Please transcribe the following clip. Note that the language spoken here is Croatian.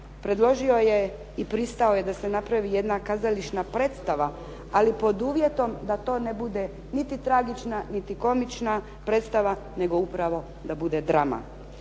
predložio je i pristao je da se napravi jedna kazališna predstava, ali pod uvjetom da to ne bude niti tragična, niti komična predstava, nego upravo da bude drama.